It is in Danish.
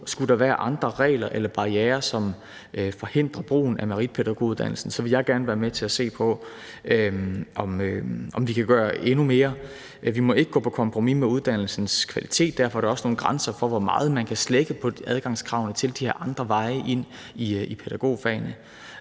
Skulle der være andre regler eller barrierer, som forhindrer brugen af meritpædagoguddannelsen, vil jeg gerne være med til at se på, om vi kan gøre endnu mere. Vi må ikke gå på kompromis med uddannelsens kvalitet, og derfor er der også nogle grænser for, hvor meget man kan slække på adgangskravene til de her andre veje ind i pædagogfaget.